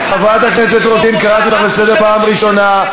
חברת הכנסת רוזין, קראתי אותך לסדר פעם ראשונה.